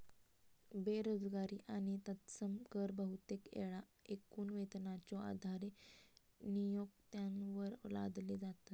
बेरोजगारी आणि तत्सम कर बहुतेक येळा एकूण वेतनाच्यो आधारे नियोक्त्यांवर लादले जातत